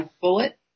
bullet